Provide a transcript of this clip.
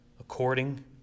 according